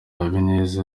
habineza